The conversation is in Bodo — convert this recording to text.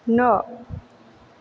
न'